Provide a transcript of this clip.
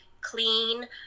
clean